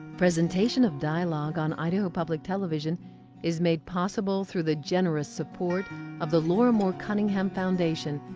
presentation of dialogue on idaho public television is made possible through the generous support of the laura moore cunningham foundation,